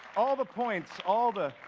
all the points all the